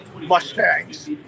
Mustangs